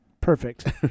perfect